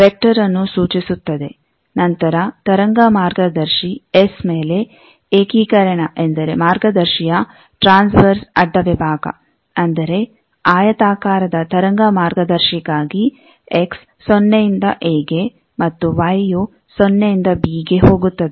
ವೆಕ್ಟರ್ನ್ನು ಸೂಚಿಸುತ್ತದೆ ನಂತರ ತರಂಗ ಮಾರ್ಗದರ್ಶಿ ಎಸ್ ಮೇಲೆ ಏಕೀಕರಣ ಎಂದರೆ ಮಾರ್ಗದರ್ಶಿಯ ಟ್ರಾನ್ಸ್ವೆರ್ಸ್ ಅಡ್ಡ ವಿಭಾಗ ಅಂದರೆ ಆಯತಾಕಾರದ ತರಂಗ ಮಾರ್ಗದರ್ಶಿಗಾಗಿ ಎಕ್ಸ್ ಸೊನ್ನೆಯಿಂದ ಎ ಗೆ ಮತ್ತು ವೈ ಯು ಸೊನ್ನೆಯಿಂದ ಬಿಗೆ ಹೋಗುತ್ತದೆ